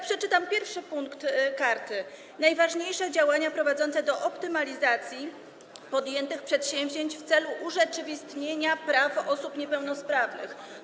Przeczytam pierwszy punkt karty: najważniejsze działania prowadzące do optymalizacji podjętych przedsięwzięć w celu urzeczywistnienia praw osób niepełnosprawnych.